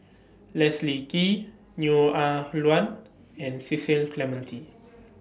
Leslie Kee Neo Ah Luan and Cecil Clementi